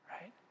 right